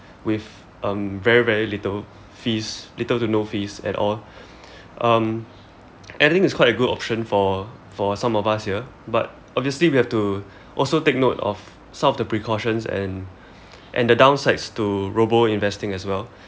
with um very very little fees little to no fees at all um I think it's quite a good option for for some of us here but obviously we also have to take note of some of the precautions and and the downsides to robo investing as well